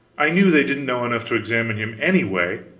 i knew they didn't know enough to examine him anyway,